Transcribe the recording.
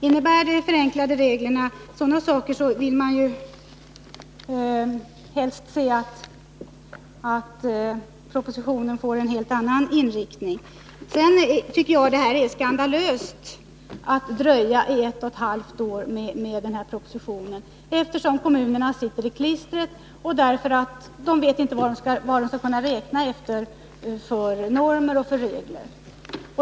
Innebär de förenklade reglerna sådana saker, vill man helst se att propositionen får en helt annan inriktning. Vidare tycker jag det är skandalöst att dröja ett och ett halvt år med denna proposition, eftersom kommunerna sitter i klistret — de vet inte vilka normer och regler de skall räkna efter.